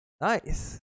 Nice